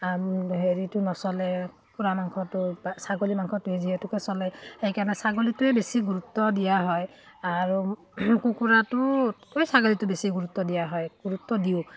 হেৰিটো নচলে কুকুৰা মাংসটো বা ছাগলী মাংসটোৱে যিহেতুকে চলে সেইকাৰণে ছাগলীটোৱে বেছি গুৰুত্ব দিয়া হয় আৰু কুকুৰাটোতকৈ ছাগলীটো বেছি গুৰুত্ব দিয়া হয় গুৰুত্ব দিওঁ